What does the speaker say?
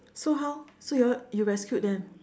so how so you all you rescued them